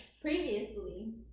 previously